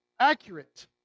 accurate